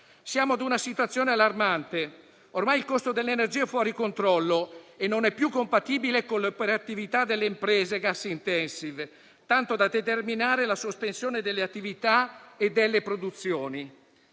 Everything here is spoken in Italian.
Siamo a una situazione allarmante: ormai il costo dell'energia è fuori controllo e non è più compatibile con le attività delle imprese *gas intensive*, tanto da determinare la sospensione delle attività e delle produzioni.